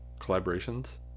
collaborations